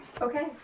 Okay